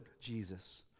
Jesus